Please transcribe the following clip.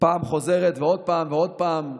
פעם חוזרת ועוד פעם ועוד פעם,